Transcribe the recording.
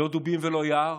לא דובים ולא יער.